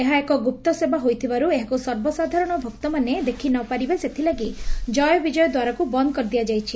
ଏହା ଏକ ଗୁପ୍ତସେବା ହୋଇଥିବାରୁ ଏହାକୁ ସର୍ବସାଧାରଣ ଭକ୍ତମାନେ ଦେଖି ନପାରିବେ ସେଥିଲାଗି ଜୟବିଜୟ ଦ୍ୱାରକୁ ବନ୍ଦ କରି ଦିଆଯାଇଛି